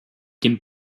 dem